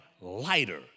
lighter